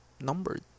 numbered